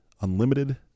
unlimited